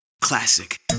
Classic